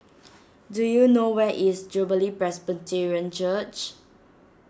do you know where is Jubilee Presbyterian Church